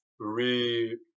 Re